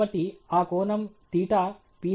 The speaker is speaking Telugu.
కాబట్టి ఆ కోణం తీటా Ph